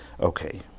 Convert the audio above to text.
okay